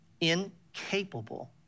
incapable